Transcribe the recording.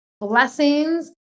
Blessings